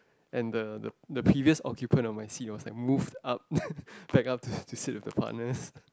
and the the the previous occupant of my seat was like moved up back up to to sit with the partners